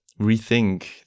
rethink